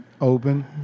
open